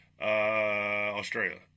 Australia